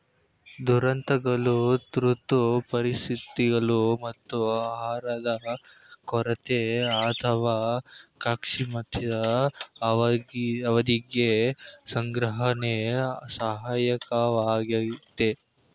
ದುರಂತಗಳು ತುರ್ತು ಪರಿಸ್ಥಿತಿಗಳು ಮತ್ತು ಆಹಾರದ ಕೊರತೆ ಅಥವಾ ಕ್ಷಾಮದ ಅವಧಿಗೆ ಸಂಗ್ರಹಣೆ ಸಹಾಯಕವಾಗಯ್ತೆ